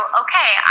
okay